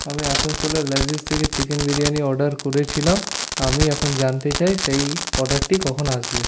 আমি আসানসোলের ল্যেজিস থেকে চিকেন বিরিয়ানি অর্ডার করেছিলাম আমি এখন জানতে চাই সেই অর্ডারটি কখন আসবে